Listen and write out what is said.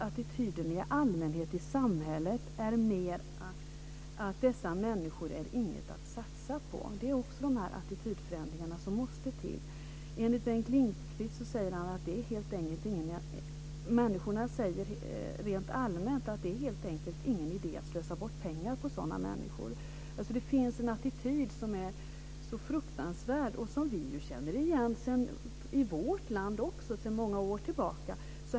Attityden i allmänhet i samhället är mer att dessa människor inte är något att satsa på - de här attitydförändringarna måste till. Enligt Bengt Lindqvist säger människorna rent allmänt att det helt enkelt inte är någon idé att slösa bort pengar på sådana här människor. Det finns en attityd som är så fruktansvärd och som vi också känner igen, som fanns i vårt land för många år sedan.